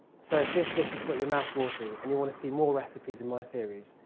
so, if this dish has got your mouth watering and you want to see more recipes in my series,